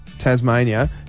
Tasmania